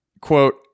quote